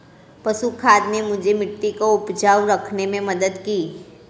पशु खाद ने मुझे मिट्टी को उपजाऊ रखने में मदद की